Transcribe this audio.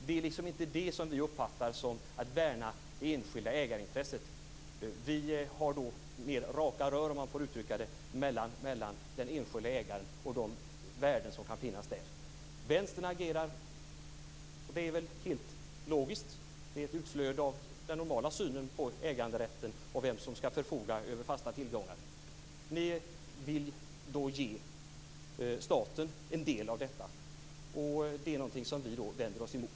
Det är inte det som vi uppfattar som att värna det enskilda ägarintresset. Vi vill ha mer raka rör, om jag får uttrycka det så, mellan den enskilda ägaren och de värden som kan finnas. Vänstern agerar helt logiskt. Det är ett uttryck för den normala synen på äganderätten och på vem som skall förfoga över fasta tillgångar. Ni vill ge staten en del av vinsten. Det är någonting som vi vänder oss emot.